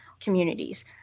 communities